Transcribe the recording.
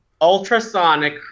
ultrasonic